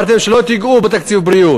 חינוך,